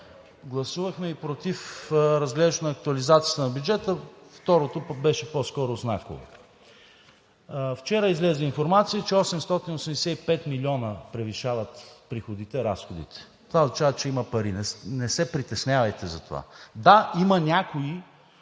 гласувахме и против разглеждането на актуализацията на бюджета – второто беше по-скоро знаково. Вчера излезе информация, че с 885 милиона приходите превишават разходите. Това означава, че има пари, не се притеснявайте за това. Да, има някои